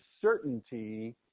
certainty